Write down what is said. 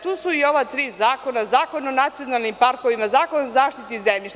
Tu su i ova tri zakona – Zakon o nacionalnim parkovima, Zakon o zaštiti zemljišta.